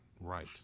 right